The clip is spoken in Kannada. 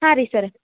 ಹಾಂ ರೀ ಸರ